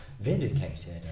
vindicated